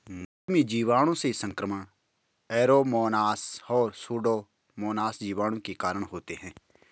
मछली में जीवाणुओं से संक्रमण ऐरोमोनास और सुडोमोनास जीवाणु के कारण होते हैं